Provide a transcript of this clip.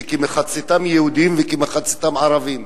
כמחציתם יהודים וכמחציתם ערבים.